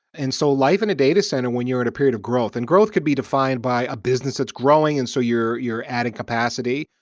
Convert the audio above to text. and so life in a datacenter, when you're in a period of growth. and growth could be defined by a business that's growing and so you're you're adding capacity,